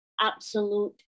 absolute